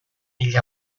hil